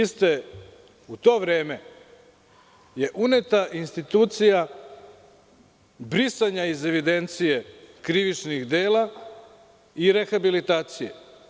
U to vreme je uneta institucija brisanja iz evidencije krivičnih dela i rehabilitacije.